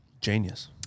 Genius